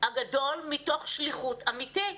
הגדול מתוך שליחות אמיתית.